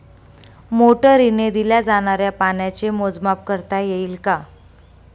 मोटरीने दिल्या जाणाऱ्या पाण्याचे मोजमाप करता येईल का?